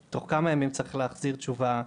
תוך כמה ימים צריך להחזיר תשובה,